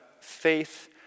faith